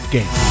Game